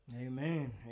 Amen